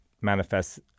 manifests